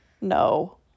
No